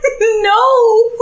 No